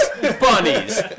Bunnies